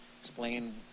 explain